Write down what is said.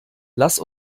lass